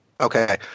Okay